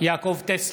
יעקב טסלר,